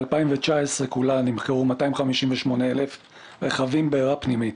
ב-2019 כולה נמכרו 258,000 רכבים עם בעירה פנימית.